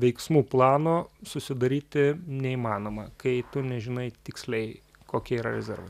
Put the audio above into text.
veiksmų plano susidaryti neįmanoma kai tu nežinai tiksliai kokie yra rezervai